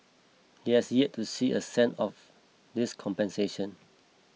he has yet to see a cent of this compensation